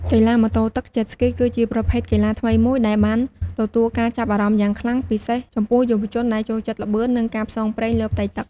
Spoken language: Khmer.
កីឡាម៉ូតូទឹក Jet Ski គឺជាប្រភេទកីឡាថ្មីមួយដែលបានទទួលការចាប់អារម្មណ៍យ៉ាងខ្លាំង ពិសេសចំពោះយុវជនដែលចូលចិត្តល្បឿន និងការផ្សងព្រេងលើផ្ទៃទឹក។